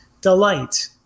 delight